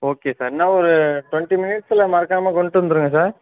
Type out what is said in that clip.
okay sir என்ன ஒரு twenty மினிட்ஸில் மறக்காமல் கொண்டுட்டு வந்துருங்க சார்